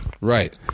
right